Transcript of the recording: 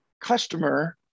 customer